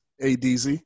ADZ